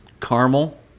caramel